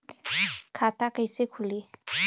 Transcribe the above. खाता कइसे खुली?